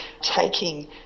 taking